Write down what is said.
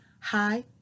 hi